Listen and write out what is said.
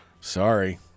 Sorry